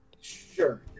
Sure